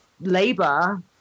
labor